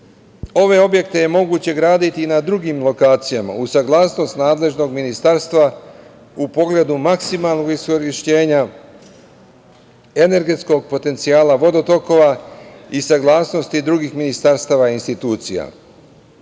Ove objekte je moguće graditi i na drugim lokacijama, uz saglasnost nadležnog ministarstva u pogledu maksimalnog iskorišćenja energetskog potencijala vodotokova i saglasnosti drugih ministarstava i institucija. Srbija